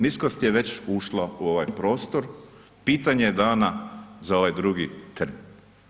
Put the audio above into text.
Niskost je već ušla u ovaj prostor, pitanje je dana za ovaj drugi termin.